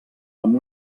amb